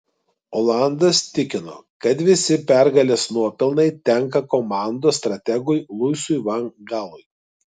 olandas tikino kad visi pergalės nuopelnai tenka komandos strategui luisui van gaalui